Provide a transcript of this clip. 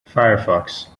firefox